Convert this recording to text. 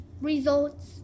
results